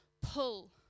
pull